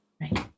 Right